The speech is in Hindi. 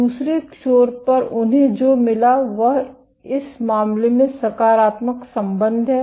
दूसरे छोर पर उन्हें जो मिला वह इस मामले में सकारात्मक संबंध है